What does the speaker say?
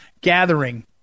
gathering